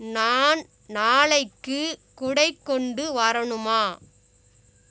நான் நாளைக்கு குடை கொண்டு வரணுமா